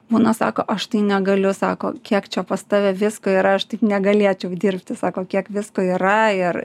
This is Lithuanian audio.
būna sako aš negaliu sako kiek čia pas tave visko yra aš taip negalėčiau dirbti sako kiek visko yra ir